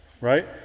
right